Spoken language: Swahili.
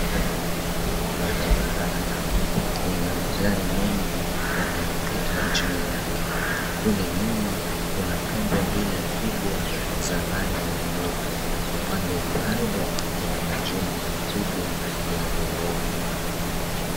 Barabara ya lami lina magari mengi yanayopita juu yake. Kule nyuma kuna pembe mbili kubwa za rangi nyeupe. Upande wa kando kuna majumba makubwa ya gorofa.